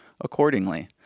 accordingly